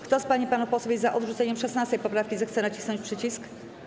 Kto z pań i panów posłów jest za odrzuceniem 16. poprawki, zechce nacisnąć przycisk.